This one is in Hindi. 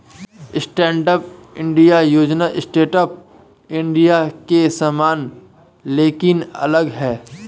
स्टैंडअप इंडिया योजना स्टार्टअप इंडिया के समान लेकिन अलग है